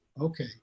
okay